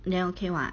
then okay [what]